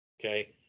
Okay